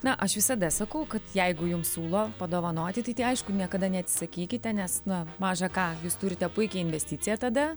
na aš visada sakau kad jeigu jums siūlo padovanoti tai ti aišku niekada neatsakykite nes na maža ką jūs turite puikią investiciją tada